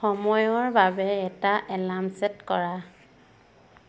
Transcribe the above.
সময়ৰ বাবে এটা এলাৰ্ম চেট কৰা